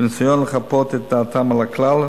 בניסיון לכפות את דעתם על הכלל,